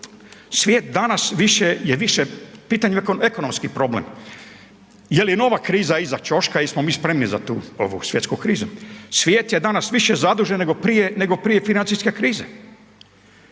svijet danas više, je više pitanje ekonomski problem, je li nova kriza iza ćoška jesmo mi spremni za tu ovu svjetsku krizu. Svijet je danas više zadužen nego prije, nego prije financijske krize.